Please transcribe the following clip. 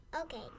Okay